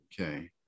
okay